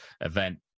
event